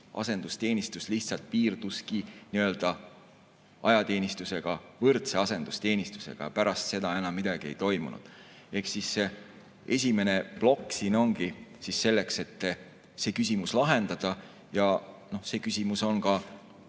asendusteenistus piirduski ajateenistusega võrdse asendusteenistusega ja pärast seda enam midagi ei toimunud. Esimene plokk siin ongi selleks, et see küsimus lahendada. See küsimus on ka